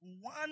one